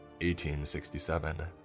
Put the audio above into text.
1867